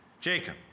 Jacob